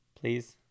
Please